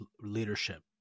leadership